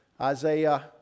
Isaiah